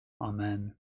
Amen